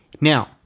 Now